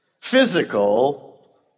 physical